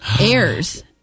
airs